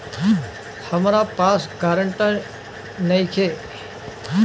हमरा पास ग्रांटर नइखे?